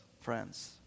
friends